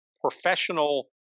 professional